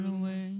away